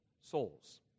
souls